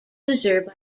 user